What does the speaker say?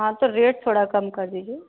हाँ तो रेट थोड़ा कम कर दीजिये